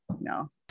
no